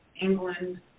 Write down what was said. England